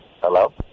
hello